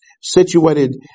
situated